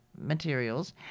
materials